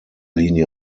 linie